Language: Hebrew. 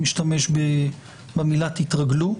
ומשתמש במילה "תתרגל".